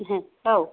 औ